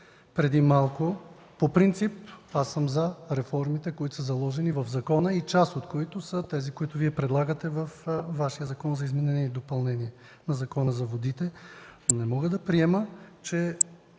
преди малко. По принцип аз съм за реформите, заложени в закона, и част от които са онези, които Вие предлагате във Вашия Закон за изменение и допълнение на Закона за водите, но не мога да приема, че